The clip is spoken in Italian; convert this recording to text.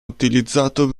utilizzato